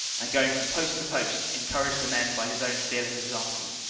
and going from post to post encouraged the men by his own fearless example.